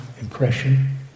impression